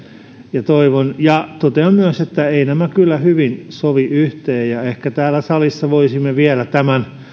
ja totean myös että eivät nämä kyllä hyvin sovi yhteen ehkä täällä salissa voisimme tämän vielä